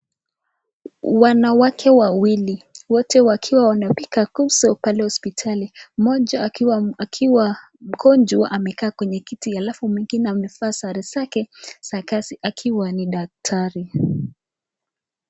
Wanawake wawili wote wakiwa wanapika kumzo pale hospitali moja akiwa mgonjwa amekaa kwenye kiti alafu mwingine amevaa sare zake za kazi akiwa ni daktari.